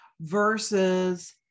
versus